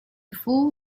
fool